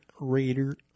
Raider